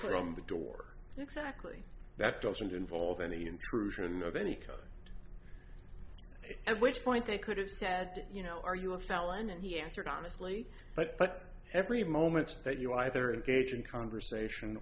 from the door exactly that doesn't involve any intrusion of any code at which point they could have said you know are you a felon and he answered honestly but every moment that you either engage in conversation